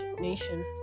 nation